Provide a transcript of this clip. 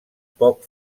poc